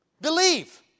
Believe